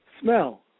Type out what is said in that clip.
smell